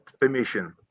permission